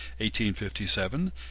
1857